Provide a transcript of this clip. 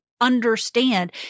understand